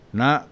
na